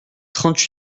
trente